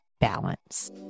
balance